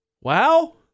Wow